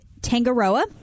Tangaroa